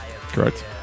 correct